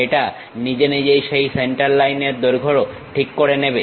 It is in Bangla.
এটা নিজে নিজেই সেই সেন্টার লাইনের দৈর্ঘ্য ঠিক করে নেবে